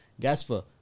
Gasper